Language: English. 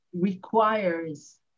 requires